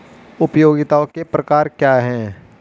उपयोगिताओं के प्रकार क्या हैं?